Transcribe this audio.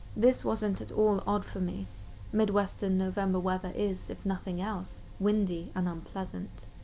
this wasn't at all odd for me midwestern november weather is, if nothing else, windy and unpleasant.